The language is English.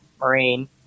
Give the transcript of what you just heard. Marine